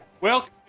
Welcome